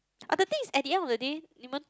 but the thing is at the end of the day 你们